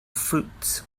fruits